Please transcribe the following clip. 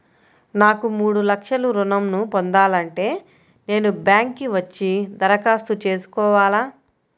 నాకు మూడు లక్షలు ఋణం ను పొందాలంటే నేను బ్యాంక్కి వచ్చి దరఖాస్తు చేసుకోవాలా?